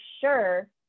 sure